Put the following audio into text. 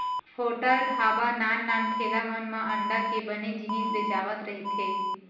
hotel, ढ़ाबा, नान नान ठेला मन म अंडा के बने जिनिस बेचावत रहिथे